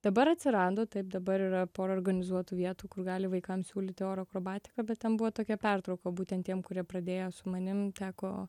dabar atsirado taip dabar yra pora organizuotų vietų kur gali vaikam siūlyti oro akrobatiką bet ten buvo tokia pertrauka būtent tiem kurie pradėjo su manim teko